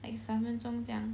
like 三分钟这样